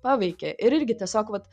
paveikė ir irgi tiesiog vat